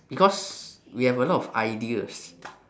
because we have a lot of ideas